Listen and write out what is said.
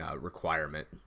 requirement